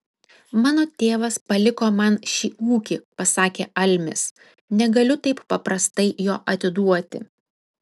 mano tėvas paliko man šį ūkį pasakė almis negaliu taip paprastai jo atiduoti